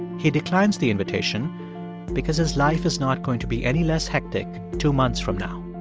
he declines the invitation because his life is not going to be any less hectic two months from now